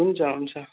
हुन्छ हुन्छ